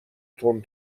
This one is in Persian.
تند